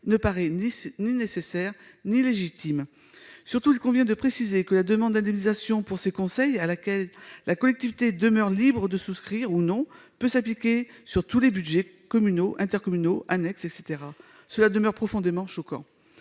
ne paraît ni nécessaire ni légitime. Surtout, il convient de préciser que la demande d'indemnisation pour de tels conseils, à laquelle la collectivité demeure libre de souscrire ou non, peut s'appliquer sur tous les budgets : communaux, intercommunaux, annexes, etc. Cela demeure profondément choquant.